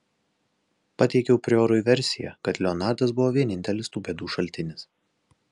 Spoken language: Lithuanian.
pateikiau priorui versiją kad leonardas buvo vienintelis tų bėdų šaltinis